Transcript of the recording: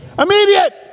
immediate